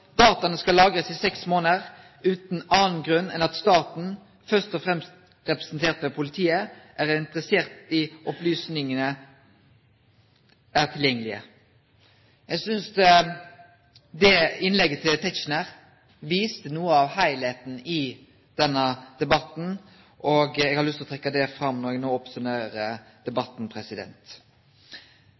data skal lagrast i seks månader, utan annan grunn enn at staten, først og fremst representert ved politiet, er interessert i at opplysningane er tilgjengelege. Eg synest innlegget frå Tetzschner viste noko av heilskapen i denne debatten, og eg har lyst til å trekkje det fram når eg